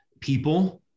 people